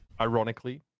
Ironically